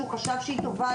שהוא חשב שהיא טובה,